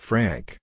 Frank